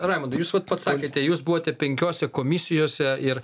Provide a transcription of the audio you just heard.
raimondai jūs vat pats sakėte jūs buvote penkiose komisijose ir